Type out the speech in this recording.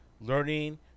learning